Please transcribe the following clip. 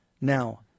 Now